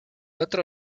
otro